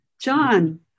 John